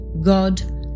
God